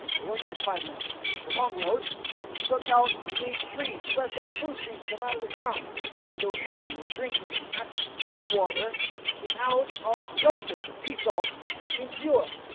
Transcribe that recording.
it wasn't like five minutes was a long road he took out he made tree special fruit trees come out of the ground and they were eating and drinking and actually pure water came out of the ocean the sea salt became pure,